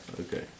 Okay